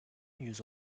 yüz